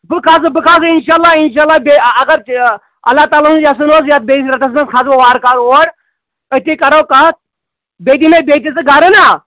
بہٕ کرٕ نہٕ بہٕ کرٕ نہٕ اِنشاء اللہ اِنشاء اللہ بیٚیہِ اَگر اللہ تعالیٰ ہُنٛد یَژھُن اوس یَتھ بیٚیِس رٮ۪تس منٛز کھسہٕ بہٕ وارٕ کارٕ اور أتی کَرو کَتھ بیٚیہِ دِ مےٚ بیٚیہِ دِ ژٕگرٕنا